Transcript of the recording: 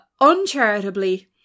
Uncharitably